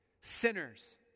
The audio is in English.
sinners